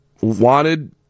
wanted